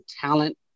talent